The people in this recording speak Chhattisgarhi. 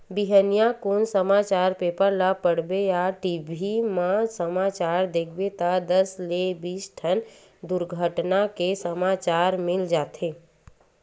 बिहनिया कुन समाचार पेपर ल पड़बे या टी.भी म समाचार देखबे त दस ले बीस ठन दुरघटना के समाचार मिली जाथे